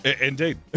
Indeed